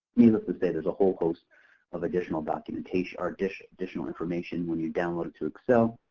needless to say, there's a whole host of additional documentation, or additional additional information when you download it to excel.